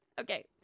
Okay